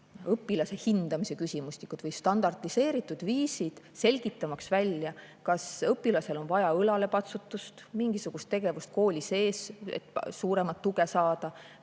õpilase hindamise küsimustikud või standardiseeritud viisid, selgitamaks välja, kas õpilasel on vaja õlalepatsutust, mingisugust tegevust kooli sees, et suuremat tuge saada,